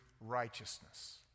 righteousness